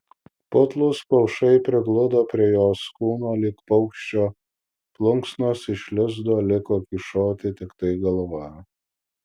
putlūs plaušai prigludo prie jos kūno lyg paukščio plunksnos iš lizdo liko kyšoti tiktai galva